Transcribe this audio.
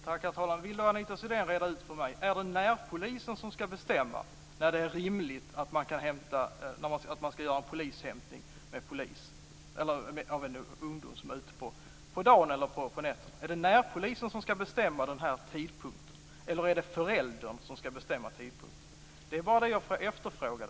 Herr talman! Kan Anita Sidén reda ut för mig om det är närpolisen som skall bestämma när det är rimligt att göra en polishämtning av en ungdom som är ute på dagen eller på natten. Är det närpolisen eller är det föräldern som skall bestämma tidpunkten? Det är bara det jag efterfrågar.